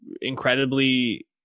incredibly